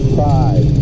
five